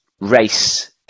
race